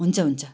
हुन्छ हुन्छ